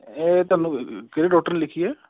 ਇਹ ਤੁਹਾਨੂੰ ਕਿਹੜੇ ਡੋਕਟਰ ਨੇ ਲਿਖੀ ਹੈ